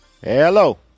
Hello